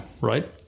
right